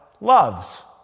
loves